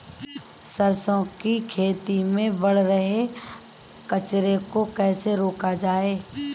सरसों की खेती में बढ़ रहे कचरे को कैसे रोका जाए?